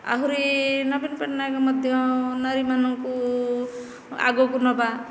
ଆହୁରି ନବୀନ ପଟ୍ଟନାୟକ ମଧ୍ୟ ନାରୀମାନଙ୍କୁ ଆଗକୁ ନେବା